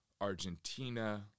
Argentina